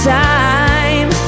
time